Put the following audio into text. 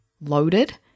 loaded